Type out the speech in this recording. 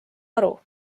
aru